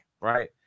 right